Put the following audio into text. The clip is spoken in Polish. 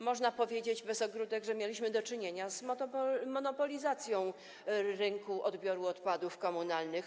Można powiedzieć bez ogródek, że mieliśmy do czynienia z monopolizacją rynku odbioru odpadów komunalnych.